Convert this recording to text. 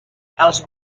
els